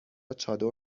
چادر